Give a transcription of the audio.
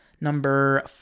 Number